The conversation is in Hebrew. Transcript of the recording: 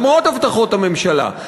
למרות הבטחות הממשלה.